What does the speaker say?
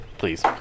Please